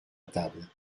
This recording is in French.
table